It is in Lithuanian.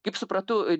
kaip suprantu